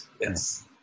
Yes